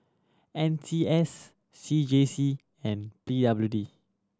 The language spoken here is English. N C S C J C and P W D